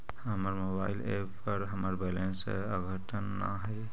हमर mobile app पर हमर बैलेंस अद्यतन ना हई